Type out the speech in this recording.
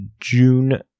June